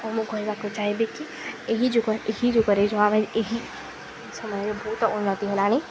ହ ମୁଁ କହିବାକୁ ଚାହିଁବି କି ଏହି ଯୁଗ ଏହି ଯୁଗରେ ଯଉ ଆମେ ଏହି ସମୟରେ ବହୁତ ଉନ୍ନତି ହେଲାଣି